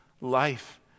life